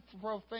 profane